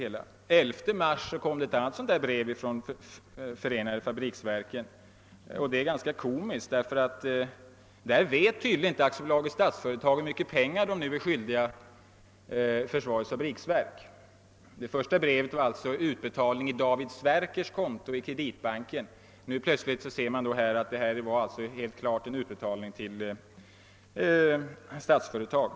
Den 11 mars kom ett annat sådant där brev från fabriksverket. Det är ganska komiskt, ty Statsföretag AB visste då tydligen inte hur mycket pengar man var skyldig Försvarets fabriksverk. Det första brevet handlade ju om en utbetalning till David Sverkers konto i Kreditbanken. Nu framgår det klart att det var en utbetalning till Statsföretag.